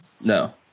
No